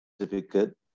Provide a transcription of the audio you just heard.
certificate